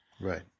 Right